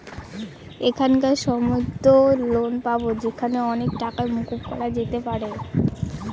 এখনকার সময়তো concessional loan পাবো যেখানে অনেক টাকাই মকুব করা যেতে পারে